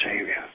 Savior